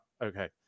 Okay